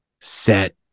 set